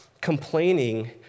Complaining